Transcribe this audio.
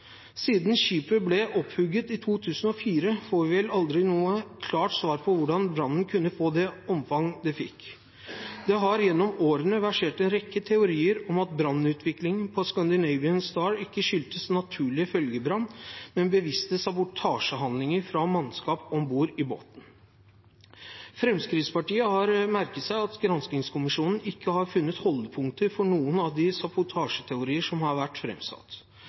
Siden skipet ble hugd opp i 2004, får vi vel aldri noe klart svar på hvordan brannen kunne få det omfang den fikk. Det har gjennom årene versert en rekke teorier om at brannutviklingen på «Scandinavian Star» ikke skyldtes naturlig følgebrann, men bevisste sabotasjehandlinger fra mannskap om bord i båten. Fremskrittspartiet har merket seg at granskningskommisjonen ikke har funnet holdepunkter for noen av de sabotasjeteorier som har vært